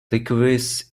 licorice